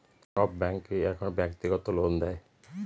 সব ব্যাঙ্কই এখন ব্যক্তিগত লোন দেয়